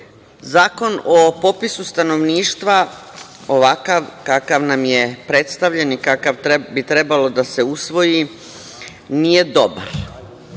Zakon o popisu stanovništva, ovakav kakav nam je predstavljen i kakav bi trebao da se usvoji nije dobar.